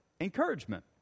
encouragement